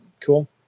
Cool